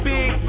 Big